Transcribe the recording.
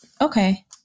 Okay